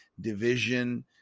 division